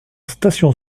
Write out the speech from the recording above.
station